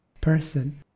person